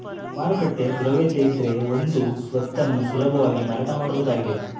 ಮಾರುಕಟ್ಟೆ ದ್ರವ್ಯತೆಯಿದ್ರೆ ಒಂದು ಸ್ವತ್ತನ್ನು ಸುಲಭವಾಗಿ ಮಾರಾಟ ಮಾಡಬಹುದಾಗಿದ